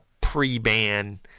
pre-ban